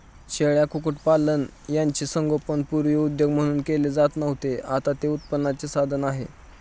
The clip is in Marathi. शेळ्या, कुक्कुटपालन यांचे संगोपन पूर्वी उद्योग म्हणून केले जात नव्हते, आता ते उत्पन्नाचे साधन आहे